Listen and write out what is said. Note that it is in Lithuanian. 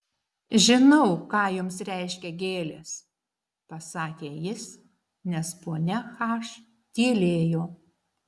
žinau ką jums reiškia gėlės pasakė jis nes ponia h tylėjo